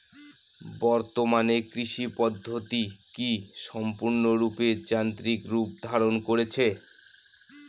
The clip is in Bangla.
বর্তমানে কৃষি পদ্ধতি কি সম্পূর্ণরূপে যান্ত্রিক রূপ ধারণ করেছে?